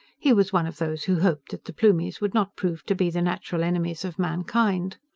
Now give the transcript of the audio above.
he was one of those who hoped that the plumies would not prove to be the natural enemies of mankind.